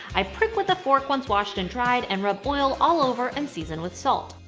i prick with a fork once washed and dried, and rub oil all over and season with salt.